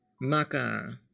Maka